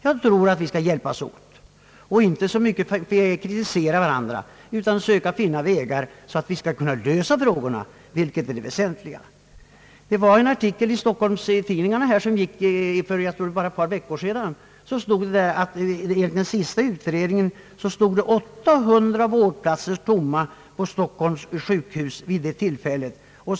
Jag anser att vi bör hjälpas åt och inte bör kritisera varandra utan söka finna vägar så att vi kan lösa problemen, vilket är det väsentliga. I en artikel i stockholmstidningarna för ett par veckor sedan omtalades att enligt den senaste utredningen stod 800 vårdplatser tomma på Stockholms sjukhus vid det tillfället.